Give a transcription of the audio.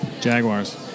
Jaguars